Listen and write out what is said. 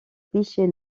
clichés